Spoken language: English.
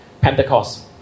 Pentecost